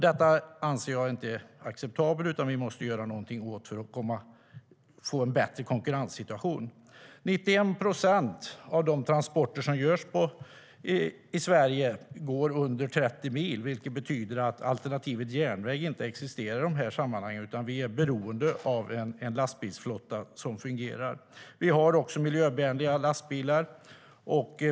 Detta anser jag inte är acceptabelt, utan vi måste göra någonting åt detta för att få en bättre konkurrenssituation.91 procent av de transporter som sker i Sverige går under 30 mil. Det betyder att alternativet järnväg inte existerar i de här sammanhangen, utan vi är beroende av en lastbilsflotta som fungerar. Vi har också miljövänliga lastbilar.